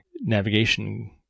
navigation